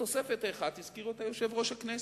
התוספת האחת, הזכיר אותה יושב-ראש הכנסת,